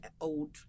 old